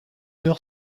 heure